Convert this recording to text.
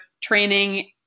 training